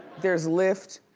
there's lyft,